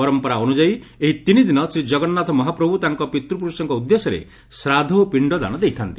ପରମ୍ପରା ଅନୁଯାୟୀ ଏହି ତିନି ଦିନ ଶ୍ରୀଜଗନ୍ନାଥ ମହାପ୍ରଭୁ ତାଙ୍କର ପିତୃପୁରୁଷଙ୍କ ଉଦ୍ଦେଶ୍ୟରେ ଶ୍ରାଦ୍ଧ ଓ ପିଶ୍ଡଦାନ ଦେଇଥା'ନ୍ତି